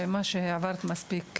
מה שעברת הוא בוודאי מספיק.